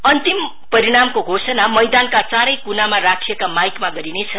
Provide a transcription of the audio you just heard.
अन्तिम परिणामको घोषणा मैदानका चारै क्नामा राखिएका माईकमा गरिनेछ